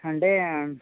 అంటే